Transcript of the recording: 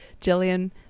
Jillian